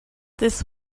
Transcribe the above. this